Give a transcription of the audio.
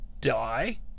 die